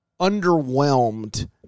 underwhelmed